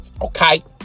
Okay